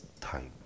time